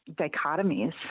dichotomies